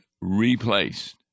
replaced